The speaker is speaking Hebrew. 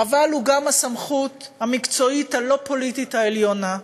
אבל הוא גם הסמכות המקצועית הלא-פוליטית העליונה.